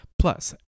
Plus